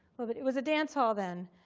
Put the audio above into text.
well, but it was a dance hall then.